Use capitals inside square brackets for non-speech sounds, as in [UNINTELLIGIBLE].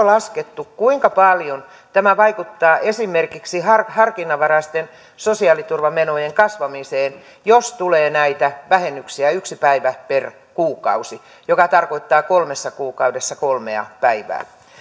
[UNINTELLIGIBLE] laskettu kuinka paljon tämä vaikuttaa esimerkiksi harkinnanvaraisten sosiaaliturvamenojen kasvamiseen jos näitä vähennyksiä tulee yksi päivä per kuukausi joka tarkoittaa kolmessa kuukaudessa kolmea päivää